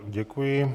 Děkuji.